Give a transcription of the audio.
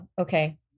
Okay